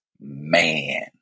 man